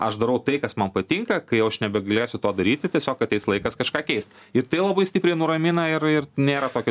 aš darau tai kas man patinka kai jau aš nebegalėsiu to daryti tiesiog ateis laikas kažką keist ir tai labai stipriai nuramina ir ir nėra tokio